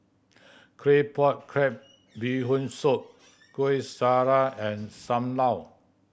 Claypot Crab Bee Hoon Soup Kueh Syara and Sam Lau